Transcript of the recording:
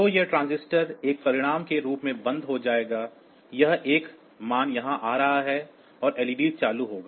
तो यह ट्रांजिस्टर एक परिणाम के रूप में बंद हो जाएगा यह 1 मान यहां आ रहा है और एलईडी चालू होगा